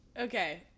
Okay